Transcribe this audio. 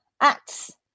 acts